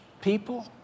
people